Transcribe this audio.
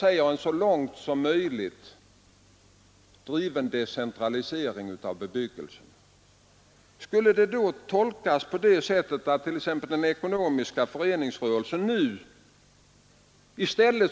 Reservanterna upprepar att förutsättningen för att människorna i olika regioner skall få likvärdiga möjligheter till sysselsättning osv. är att ”strävandena inriktas på en så långt möjligt decentraliserad bebyggelse”.